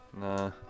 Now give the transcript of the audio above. Nah